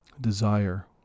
desire